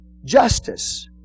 Justice